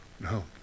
No